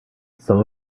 some